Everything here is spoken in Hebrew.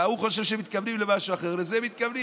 הוא חושב שמתכוונים למשהו אחר, לזה מתכוונים.